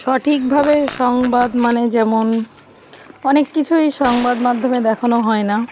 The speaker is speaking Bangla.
সঠিকভাবে সংবাদ মানে যেমন অনেক কিছুই সংবাদ মাধ্যমে দেখানো হয় না